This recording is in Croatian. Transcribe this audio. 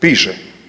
Piše.